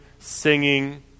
singing